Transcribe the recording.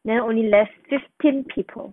then only less fifteen people